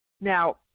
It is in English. Now